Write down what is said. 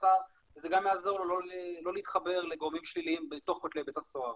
המאסר וזה גם יעזור לו לא להתחבר לגורמים שליליים בתוך כתלי בית הסוהר.